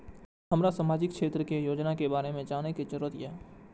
हमरा सामाजिक क्षेत्र के योजना के बारे में जानय के जरुरत ये?